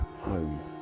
home